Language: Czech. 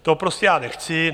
To prostě já nechci.